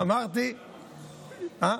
פה